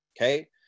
Okay